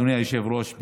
אדוני היושב-ראש,